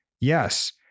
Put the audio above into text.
yes